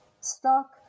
stock